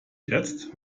jetzt